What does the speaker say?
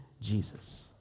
jesus